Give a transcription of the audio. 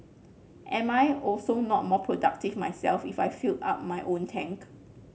am I also not more productive myself if I filled up my own tank